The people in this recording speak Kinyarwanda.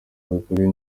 imikorere